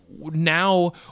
now